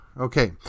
okay